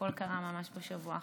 הכול קרה ממש בשבוע האחרון.